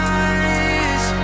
eyes